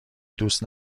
دوست